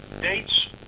dates